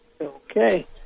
Okay